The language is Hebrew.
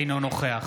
אינו נוכח